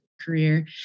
career